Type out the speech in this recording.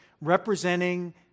representing